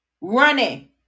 Running